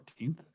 14th